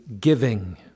giving